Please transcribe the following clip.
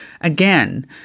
again